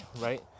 right